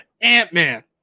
Ant-Man